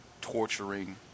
torturing